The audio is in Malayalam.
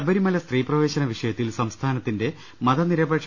ശബരിമല സ്ത്രീപ്രവേശന വിഷയത്തിൽ സംസ്ഥാനത്തിന്റെ മതനിരപേക്ഷ